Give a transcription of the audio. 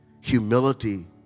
humility